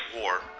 War